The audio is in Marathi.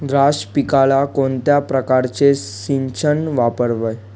द्राक्ष पिकाला कोणत्या प्रकारचे सिंचन वापरावे?